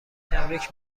تبریگ